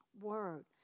word